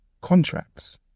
contracts